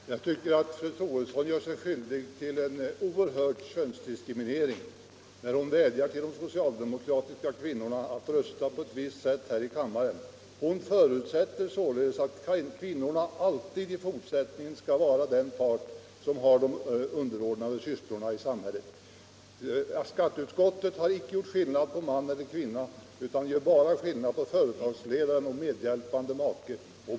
Herr talman! Jag tycker att fru Troedsson gör sig skyldig till en oerhörd könsdiskriminering när hon vädjar till de socialdemokratiska kvinnorna att rösta på ett visst sätt här i kammaren. Hon förutsätter således att kvinnorna alltid i fortsättningen skall vara den part som har de underordnade sysslorna i samhället. Skatteutskottet har däremot inte gjort någon sådan skillnad på man eller kvinna utan skiljer bara mellan företagsledaren och medhjälpande make.